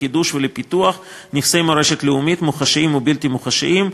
לחידוש ולפיתוח של נכסי מורשת לאומית מוחשיים ובלתי מוחשיים,